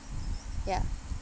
ya